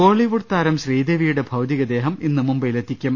ബോളിവുഡ് താരം ശ്രീദേവിയുടെ ഭൌതികദേഹം ഇന്ന് മുംബൈയിലെത്തിക്കും